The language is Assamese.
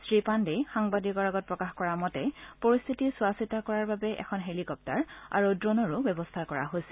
শ্ৰী পাণ্ডেই সাংবাদিকৰ আগত প্ৰকাশ কৰা মতে পৰিস্থিতি চোৱা চিতা কৰাৰ বাবে এখন হেলিকপ্তাৰ আৰু ড্ৰোনৰো ব্যৱস্থা কৰা হৈছে